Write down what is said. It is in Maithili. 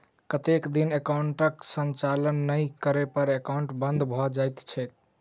कतेक दिन एकाउंटक संचालन नहि करै पर एकाउन्ट बन्द भऽ जाइत छैक?